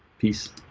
peace